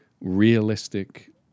realistic